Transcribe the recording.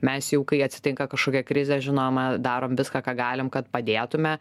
mes jau kai atsitinka kažkokia krizė žinoma darom viską ką galim kad padėtume